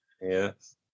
Yes